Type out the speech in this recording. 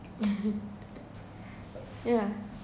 yeah